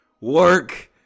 Work